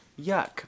Yuck